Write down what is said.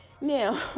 Now